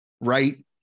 right